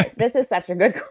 like this is such a good.